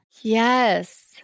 Yes